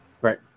Right